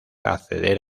acceder